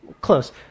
close